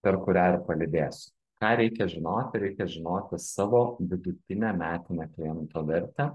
per kurią ir palydėsiu ką reikia žinoti reikia žinoti savo vidutinę metinę kliento vertę